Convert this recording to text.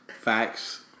Facts